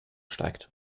steigt